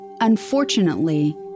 Unfortunately